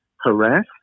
harass